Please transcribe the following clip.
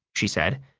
she said.